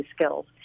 skills